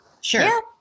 sure